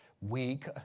weak